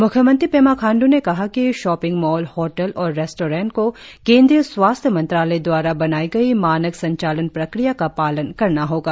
म्ख्यमंत्री पेमा खांडू ने कहा कि शॉपिंग मॉल होटल और रेस्टोरेंट को केंद्रीय स्वास्थ्य मंत्रालय द्वारा बनाई गई मानक संचालन प्रक्रिया का पालन करना होगा